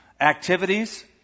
activities